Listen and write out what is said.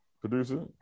producer